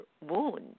wound